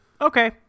Okay